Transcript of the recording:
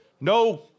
no